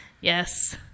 yes